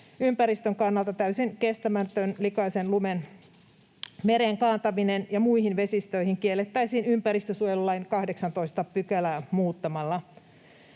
ympäristön kannalta täysin kestämätön likaisen lumen kaataminen mereen ja muihin vesistöihin kiellettäisiin ympäristönsuojelulain 18 §:ää muuttamalla.